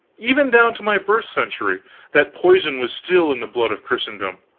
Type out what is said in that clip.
even down to my birth-century that poison was still in the blood of christendom,